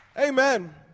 Amen